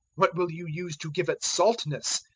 what will you use to give it saltness?